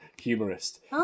humorist